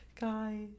Guys